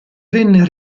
venne